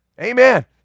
Amen